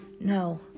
No